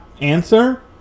answer